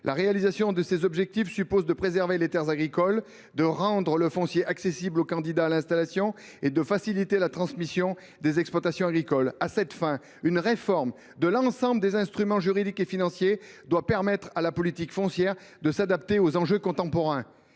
La réalisation de cet objectif suppose de préserver les terres agricoles, de rendre le foncier accessible aux candidats à l’installation et de faciliter la transmission des exploitations agricoles. À cette fin, une réforme de l’ensemble des instruments juridiques et financiers doit permettre à la politique foncière de s’adapter aux enjeux contemporains.